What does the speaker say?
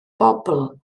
bobl